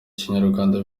kinyarwanda